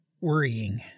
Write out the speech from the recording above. worrying